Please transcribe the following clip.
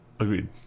Agreed